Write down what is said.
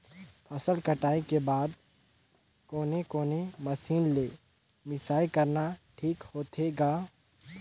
फसल कटाई के बाद कोने कोने मशीन ले मिसाई करना ठीक होथे ग?